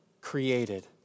created